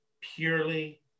purely